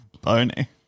Bony